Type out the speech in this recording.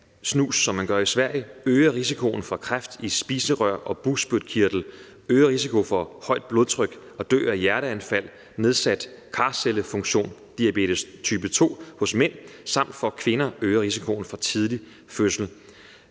snus, som man har i Sverige, øger risikoen for kræft i spiserør og bugspytkirtel, øger risikoen for højt blodtryk, at dø af et hjerteanfald, for nedsat karcellefunktion, diabetes type 2 hos mænd samt hos kvinder øger risikoen for at føde